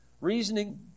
reasoning